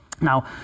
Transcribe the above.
Now